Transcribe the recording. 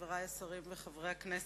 חברי השרים וחברי הכנסת,